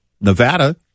Nevada